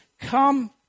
Come